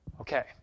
Okay